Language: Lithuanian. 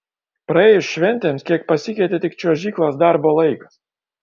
praėjus šventėms kiek pasikeitė tik čiuožyklos darbo laikas